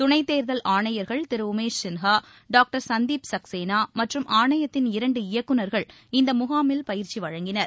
துணைத் தேர்தல் ஆணையா்கள் திரு உமேஷ் சின்ஹா டாக்டர் சந்தீப் சக்சேனா மற்றம் ஆணையத்தின் இரண்டு இயக்குநர்கள் இந்த முகாமில் பயிற்சி வழங்கினர்